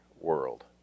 world